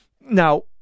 Now